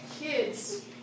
kids